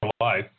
life